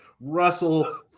Russell